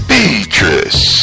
Beatrice